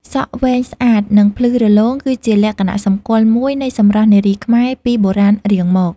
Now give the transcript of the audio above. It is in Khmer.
សក់វែងស្អាត និងភ្លឺរលោងគឺជាលក្ខណៈសម្គាល់មួយនៃសម្រស់នារីខ្មែរពីបុរាណរៀងមក។